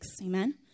Amen